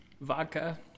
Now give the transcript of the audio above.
Vodka